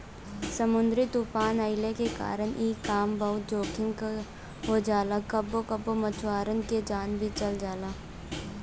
समुंदरी तूफ़ान अइला के कारण इ काम बहुते जोखिम के हो जाला कबो कबो मछुआरन के जान भी चल जाला